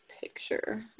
picture